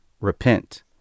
Repent